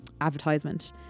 advertisement